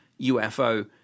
UFO